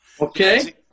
Okay